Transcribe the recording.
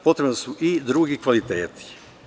Potrebni su i drugi kvaliteti.